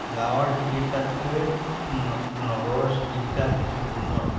গাঁৱৰ চিকিৎসাত কৈ নগৰৰ চিকিৎসা কিছু উন্নত